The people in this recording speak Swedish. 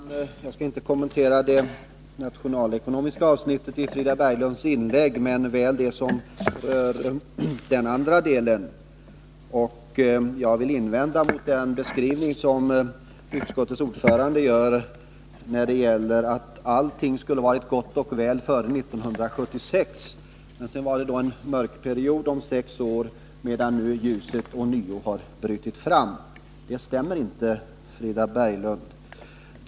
Herr talman! Jag skall inte kommentera det nationalekonomiska avsnittet i Frida Berglunds inlägg utan endast beröra den övriga delen av detta. Jag vill invända mot den beskrivning som utskottets ordförande gjorde och som innebar att allt skulle ha varit gott och väl före 1976, att det sedan kom en mörk period omfattande sex år men att ljuset nu ånyo har brutit fram. Det stämmer inte, Frida Berglund.